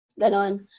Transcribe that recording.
Ganon